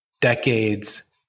decades